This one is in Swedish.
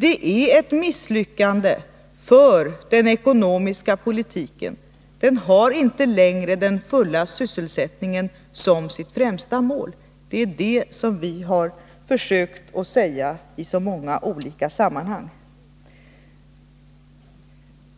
Det innebär ett misslyckande för den ekonomiska politiken. Den har inte längre den fulla sysselsättningen som sitt främsta mål. Det är det som vi har försökt att säga i så många olika sammanhang.